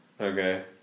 Okay